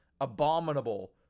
abominable